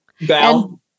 Val